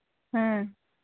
हाँ